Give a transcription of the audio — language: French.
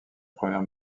première